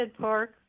Park